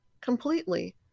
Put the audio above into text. Completely